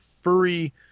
furry